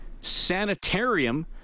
Sanitarium